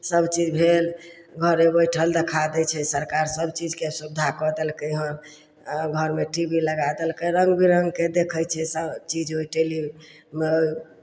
सभचीज भेल घरे बैठल देखा दै छै सरकार सभ चीजके सुविधा कऽ देलकै हेँ घरमे टी वी लगा देलकै रङ्ग बिरङ्गके देखै छियै सभचीज ओहि टेली टी वी